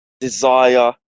desire